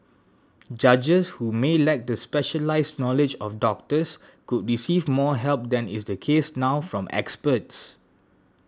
judges who may lack the specialised knowledge of doctors could receive more help than is the case now from experts